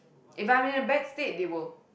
if I'm in a bad state they will